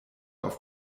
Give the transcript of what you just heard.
auf